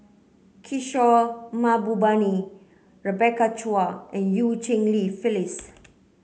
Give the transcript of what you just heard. Kishore Mahbubani Rebecca Chua and Eu Cheng Li Phyllis